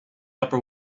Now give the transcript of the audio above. upper